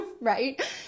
right